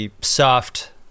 soft